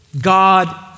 God